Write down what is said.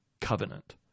covenant